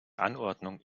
anordnung